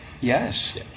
Yes